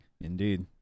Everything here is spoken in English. Indeed